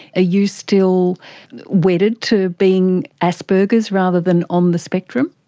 ah you still wedded to being asperger's rather than on the spectrum?